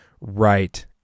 right